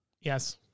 Yes